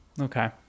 Okay